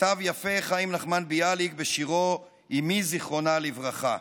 כתב יפה חיים נחמן ביאליק בשירו "אימי זיכרונה לברכה".